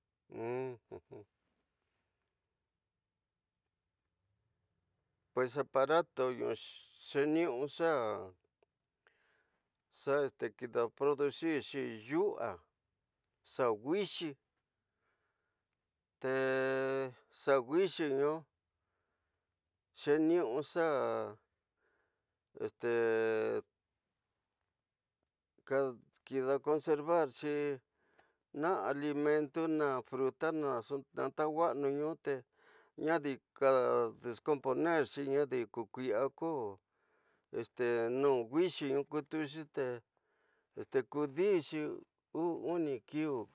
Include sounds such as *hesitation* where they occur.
*hesitation* pues aparato ñu xeniuxa xa kida produc siri ñya, xa wixí, te xa wixínu xeniu xa kida conservaxi na alimento na fruta nxu tauwanunu madi kida descam ponexti nadi ko kusiña ko nu wixí ho kutuxite kudisixi, uni kiu